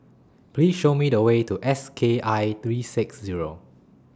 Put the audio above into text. Please Show Me The Way to S K I three six Zero